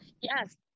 yes